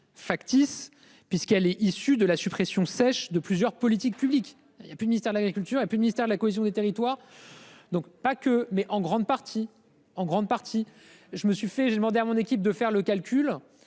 factice puisqu'elle est issue de la suppression sèche de plusieurs politiques publiques il y a plus de mystère, l'agriculture et puis le ministère de la cohésion des territoires, donc pas que mais en grande partie, en grande partie, je me suis fait, j'ai demandé à mon équipe de faire le calcul.